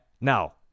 Now